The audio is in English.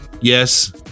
yes